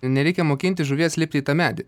nereikia mokinti žuvies lipti į tą medį